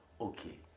Okay